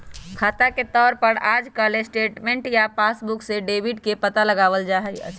खाता के तौर पर आजकल स्टेटमेन्ट या पासबुक से डेबिट के पता लगावल जा हई